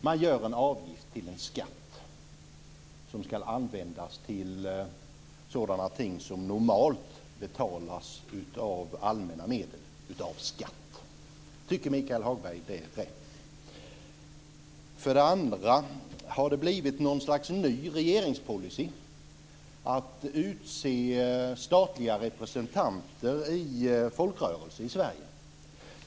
Man gör en avgift till en skatt, som ska användas till sådana ting som normalt betalas av allmänna medel. Tycker Michael Hagberg att det är rätt? För det andra: Har det blivit något slags ny regeringspolicy att utse statliga representanter i folkrörelser i Sverige?